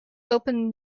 open